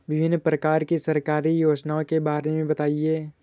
विभिन्न प्रकार की सरकारी योजनाओं के बारे में बताइए?